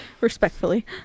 respectfully